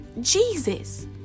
jesus